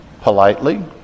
politely